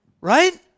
right